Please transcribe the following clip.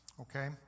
Okay